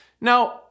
Now